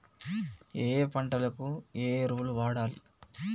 ఏయే పంటకు ఏ ఎరువులు వాడాలి?